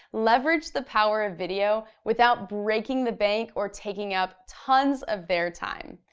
leverage the power of video without breaking the bank or taking up tons of their time.